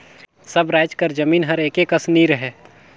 सब राएज कर जमीन हर एके कस नी रहें